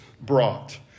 brought